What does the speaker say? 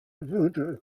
voodoo